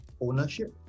ownership